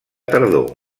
tardor